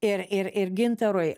ir ir ir gintarui